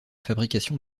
fabrication